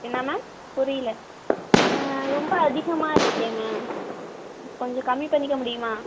என்ன மேம் புரியல ரொம்ப அதிகமாக இருக்கே மேம் கொஞ்சம் கம்மி பண்ணிக்க முடியுமா